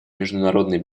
международной